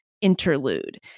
interlude